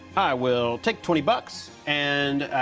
i will take twenty bucks. and,